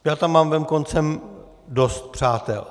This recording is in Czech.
Já tam mám venkoncem dost přátel.